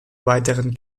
weiteren